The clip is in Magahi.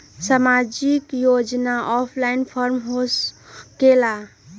समाजिक योजना ऑफलाइन फॉर्म होकेला?